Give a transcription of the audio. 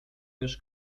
już